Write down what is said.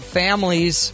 families